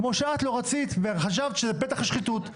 כמו שאת לא רצית וחשבת שזה פתח לשחיתות.